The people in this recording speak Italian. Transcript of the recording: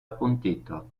appuntito